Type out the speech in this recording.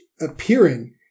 appearing